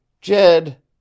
Jed